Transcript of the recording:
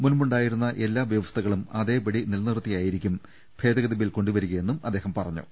മുൻപുണ്ടായിരുന്ന എല്ലാ വൃവസ്ഥകളും അതേപടി നിലനിർത്തി യായിരിക്കും ഭേദഗതി ബിൽ കൊണ്ടുവരികയെന്നും അദ്ദേഹം പറഞ്ഞു